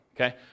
Okay